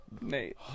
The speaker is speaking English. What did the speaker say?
Nate